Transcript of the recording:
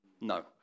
no